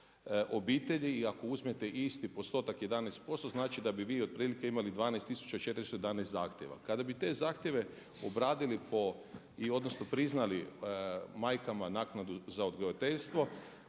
i ako uzmete isti postotak 11%, znači da bi vi otprilike imali 12411 zahtjeva. Kada bi te zahtjeve obradili po, odnosno priznali majkama naknadu za odgojiteljstvo,